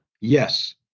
yes